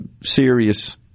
serious